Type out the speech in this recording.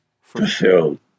fulfilled